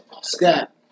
Scott